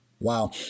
Wow